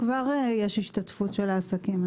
כבר היום יש השתתפות של העסקים.